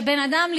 שבן אדם,